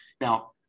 Now